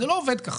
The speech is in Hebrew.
זה לא עובד כך.